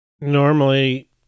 normally